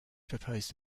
proposed